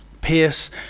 Pierce